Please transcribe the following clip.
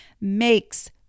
makes